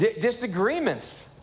disagreements